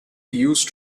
used